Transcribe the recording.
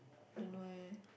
don't know eh